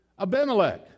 Abimelech